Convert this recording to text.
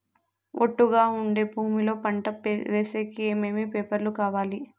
ఒట్టుగా ఉండే భూమి లో పంట వేసేకి ఏమేమి పేపర్లు కావాలి?